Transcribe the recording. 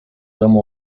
domu